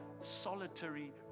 solitary